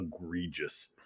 egregious